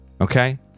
okay